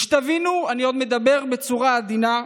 שתבינו, אני עוד מדבר בצורה עדינה,